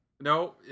No